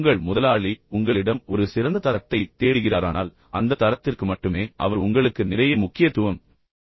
உங்கள் முதலாளி உங்களிடம் ஒரு சிறந்த தரத்தைத் தேடுகிறாரானால் அந்த தரத்திற்கு மட்டுமே அவர் உங்களுக்கு நிறைய முக்கியத்துவம் கொடுக்க முடியும்